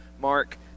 Mark